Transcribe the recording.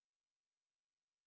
got talk about